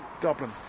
Dublin